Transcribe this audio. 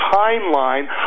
timeline